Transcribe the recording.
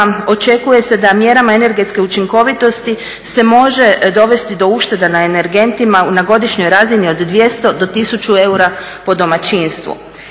očekuje se da mjerama energetske učinkovitosti se može dovesti do ušteda na energentima na godišnjoj razini od 200 do 1000 eura po domaćinstvu.